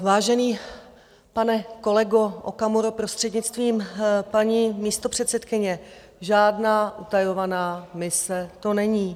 Vážený, pane kolego Okamuro, prostřednictvím paní místopředsedkyně: žádná utajovaná mise to není.